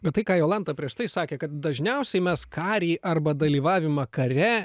bet tai ką jolanta prieš tai sakė kad dažniausiai mes karį arba dalyvavimą kare